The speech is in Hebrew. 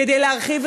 כדי להרחיב,